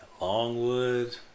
Longwood